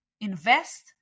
invest